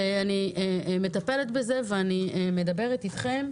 אני מטפלת בזה ומדברת איתכם,